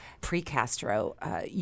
pre-Castro